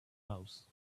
house